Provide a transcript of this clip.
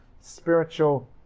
spiritual